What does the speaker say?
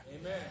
amen